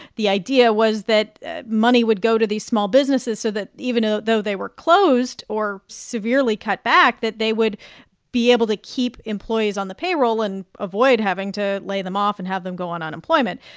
the idea was that money would go to these small businesses so that even ah though they were closed or severely cut back, that they would be able to keep employees on the payroll and avoid having to lay them off and have them go on unemployment.